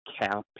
cap